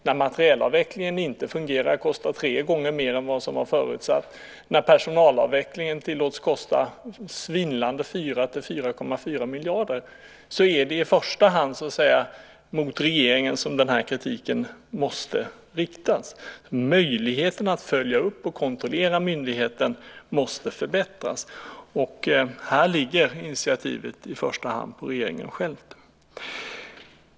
När materielavvecklingen inte fungerar och kostar tre gånger mer än vad som var förutsatt, och när personalavvecklingen tillåts kosta svindlande 4-4,4 miljarder, är det i första hand mot regeringen som kritiken måste riktas. Möjligheten att följa upp och kontrollera myndigheten måste förbättras. Här ligger initiativet i första hand på regeringen själv.